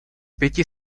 pěti